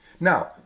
now